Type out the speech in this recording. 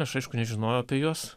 aš aišku nežinojau apie juos